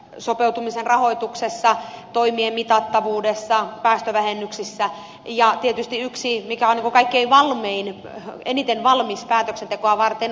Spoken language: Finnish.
sopeutumisen rahoituksessa toimien mitattavuudessa päästövähennyksissä ja tietysti siinä mikä on eniten valmis päätöksentekoa varten eli redd mekanismissa